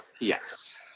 Yes